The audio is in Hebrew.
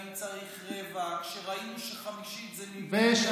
אם צריך רבע, וראינו שחמישית זה ממילא, באמת.